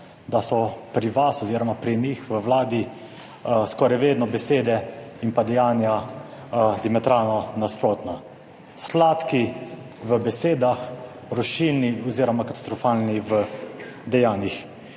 da so pri vas oziroma pri njih v vladi skoraj vedno besede in dejanja diametralno nasprotna. Sladki v besedah, rušilni oziroma katastrofalni v dejanjih.